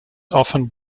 often